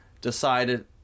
decided